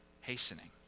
hastening